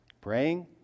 Praying